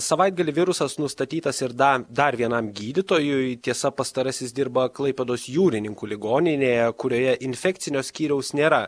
savaitgalį virusas nustatytas ir dar dar vienam gydytojui tiesa pastarasis dirba klaipėdos jūrininkų ligoninėje kurioje infekcinio skyriaus nėra